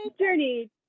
journey